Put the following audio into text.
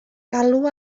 galw